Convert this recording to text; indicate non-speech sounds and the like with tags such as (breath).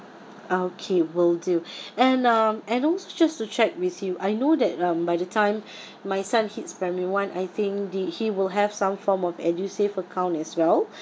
okay will do (breath) and um and also just to check with you I know that um by the time (breath) my son hits primary one I think the he will have some form of edusave account as well